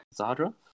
Zadra